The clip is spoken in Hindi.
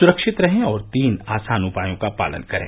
सुरक्षित रहें और तीन आसान उपायों का पालन करें